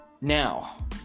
Now